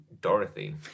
Dorothy